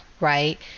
right